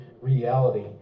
reality